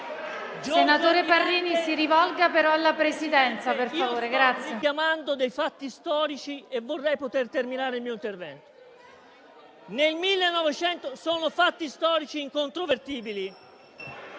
Senatore Parrini, si rivolga però alla Presidenza, per favore. Grazie.